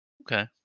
Okay